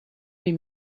des